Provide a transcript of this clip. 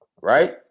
right